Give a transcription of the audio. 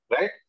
right